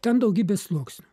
ten daugybė sluoksnių